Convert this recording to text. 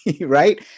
right